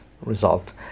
result